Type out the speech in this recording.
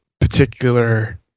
particular